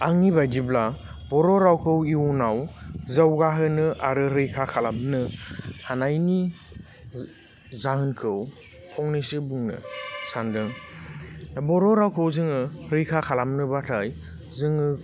आंनि बादिब्ला बर' रावखौ इयुनाव जौगाहोनो आरो रैखा खालामनो हानायनि जाहोनखौ फंनैसो बुंनो सानदों बर' रावखौ जोङो रैखा खालामनोबाथाय जोङो